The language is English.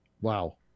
Wow